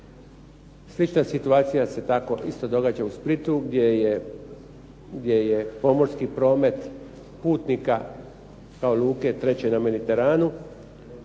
Slična situacija se tako isto događa u Splitu gdje je pomorski promet putnika kao luke treće na Mediteranu